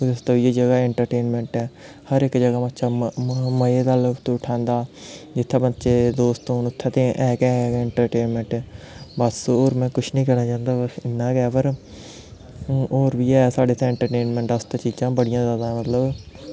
अस्तै जगह इंट्रटेनमैंट ऐ हर इक जगह बच्चा मज़े दा लुत्फ उठांदा जित्थै बच्चे दोस्त होन उत्थै ते है गै है इंट्रटेनमैंट बस होर में कुछ निं कैह्ना चांह्दा बस इन्ना गै पर होर बी है साढ़े इत्थै इंट्रटेनमैंट आस्तै चीजां बड़ियां जैदा मतलब